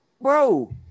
bro